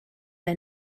der